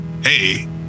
hey